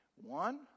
one